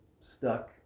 stuck